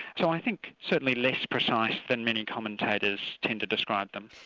so i think certainly less precise than many commentators tend to describe them.